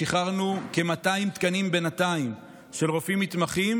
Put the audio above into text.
שחררנו כ-200 תקנים בינתיים של רופאים מתמחים,